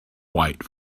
white